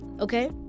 okay